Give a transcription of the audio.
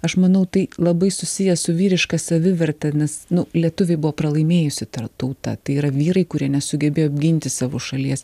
aš manau tai labai susiję su vyriška saviverte nes nu lietuviai buvo pralaimėjusi tauta tai yra vyrai kurie nesugebėjo apginti savo šalies